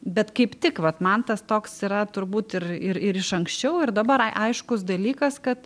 bet kaip tik vat man tas toks yra turbūt ir ir iš anksčiau ir dabar ai aiškus dalykas kad